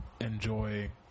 enjoy